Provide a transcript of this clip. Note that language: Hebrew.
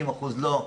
50% לא,